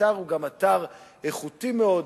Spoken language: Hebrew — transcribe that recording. האתר הוא גם איכותי מאוד,